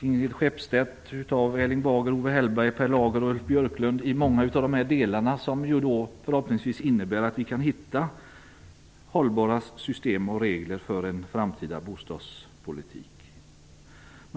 Ingrid Skeppstedt, Erling Bager, Owe Hellberg, Per Lager och Ulf Björklund som innebär att vi förhoppningsvis kan hitta hållbara system och regler för en framtida bostadspolitik.